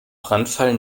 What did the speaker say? brandfall